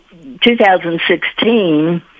2016